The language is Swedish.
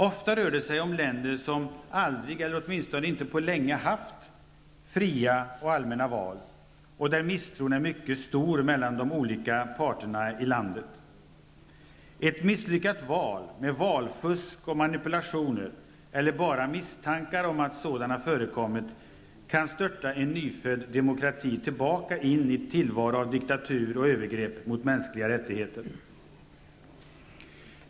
Ofta rör det sig om länder som aldrig eller åtminstone inte på länge haft fria och allmänna val och där misstron är mycket stor mellan de olika parterna i landet. Ett misslyckat val, med valfusk och manipulationer eller bara misstankar om att sådant förekommit, kan störta en nyfödd demokrati tillbaka in i en tillvaro av diktatur och övergrepp mot mänskliga rättigheter.